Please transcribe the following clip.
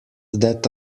that